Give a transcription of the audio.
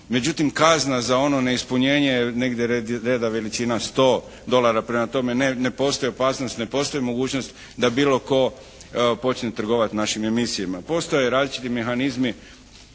Međutim kazna za ono neispunjenje je negdje reda veličina sto dolara. Prema tome, ne postoji opasnost, ne postoji mogućnost da bilo tko počne trgovati našim emisijama. Postoje različiti mehanizmi